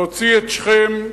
להוציא את שכם,